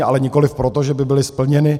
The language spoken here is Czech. Ale nikoliv proto, že by byly splněny.